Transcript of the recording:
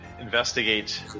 investigate